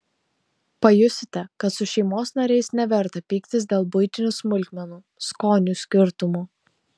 pajusite kad su šeimos nariais neverta pyktis dėl buitinių smulkmenų skonių skirtumo